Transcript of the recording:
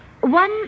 one